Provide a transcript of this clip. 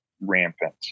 rampant